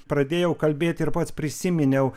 pradėjau kalbėti ir pats prisiminiau